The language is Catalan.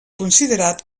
considerat